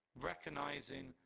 Recognizing